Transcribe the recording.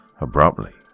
abruptly